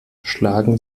schlagen